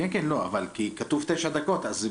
לא, אבל כתוב תשע דקות.